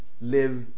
live